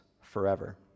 forever